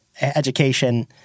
education